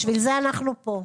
בשביל זה אנחנו פה.